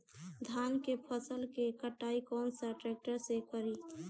धान के फसल के कटाई कौन सा ट्रैक्टर से करी?